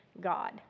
God